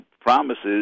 promises